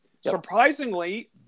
Surprisingly